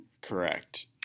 Correct